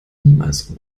niemals